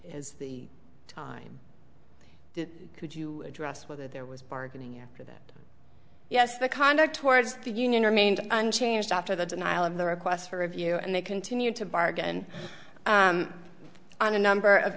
is the time could you address whether there was bargaining after that yes the conduct towards the union remained unchanged after the denial of the request for review and they continued to bargain on a number of